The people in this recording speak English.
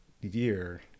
year